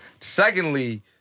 Secondly